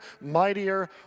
mightier